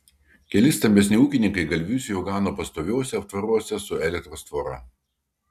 keli stambesni ūkininkai galvijus jau gano pastoviuose aptvaruose su elektros tvora